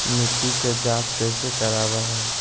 मिट्टी के जांच कैसे करावय है?